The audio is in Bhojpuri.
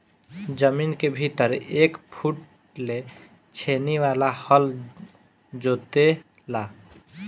जमीन के भीतर एक फुट ले छेनी वाला हल जोते ला